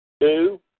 Two